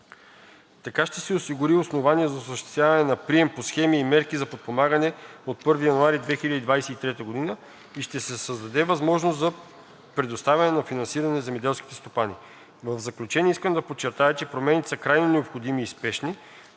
Така ще се осигури основание за осъществяване на прием по схеми и мерки за подпомагане от 1 януари 2023 г. и ще се създаде възможност за предоставяне на финансиране на земеделските стопани. В заключение искам да подчертая, че промените са крайно необходими и спешни,